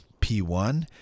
P1